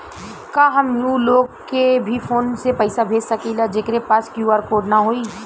का हम ऊ लोग के भी फोन से पैसा भेज सकीला जेकरे पास क्यू.आर कोड न होई?